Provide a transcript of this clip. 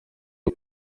bwo